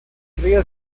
río